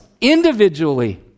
individually